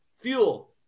fuel